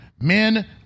men